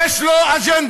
יש לו אג'נדה.